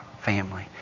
family